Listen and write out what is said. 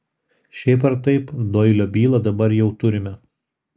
šiaip ar taip doilio bylą dabar jau turime